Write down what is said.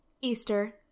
Easter